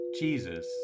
Jesus